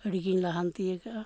ᱟᱹᱰᱤᱜᱮᱧ ᱞᱟᱦᱟᱱᱛᱤᱭ ᱟᱠᱟᱫᱼᱟ